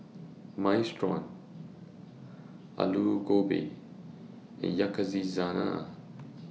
Minestrone Alu Gobi and Yakizakana